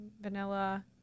vanilla